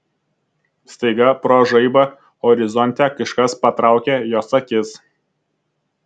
staiga pro žaibą horizonte kažkas patraukė jos akis